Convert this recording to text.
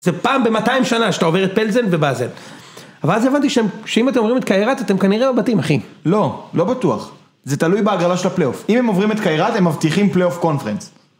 זה פעם במאתיים שנה שאתה עובר את פלזן ובאזל. אבל אז הבנתי שאם אתם עוברים את קהירת, אתם כנראה בבתים, אחי. לא, לא בטוח. זה תלוי בהגללה של הפלייאופ. אם הם עוברים את קהירת, הם מבטיחים פליאיופ קונפרנס.